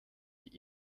die